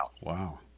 Wow